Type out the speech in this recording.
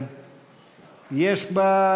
חברי